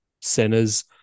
centers